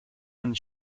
and